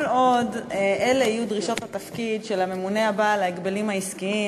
כל עוד אלה יהיו דרישות התפקיד של הממונה הבא על ההגבלים העסקיים,